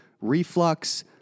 reflux